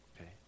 Okay